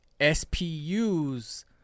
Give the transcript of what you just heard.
spu's